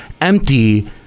empty